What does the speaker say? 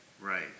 Right